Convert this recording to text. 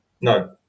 No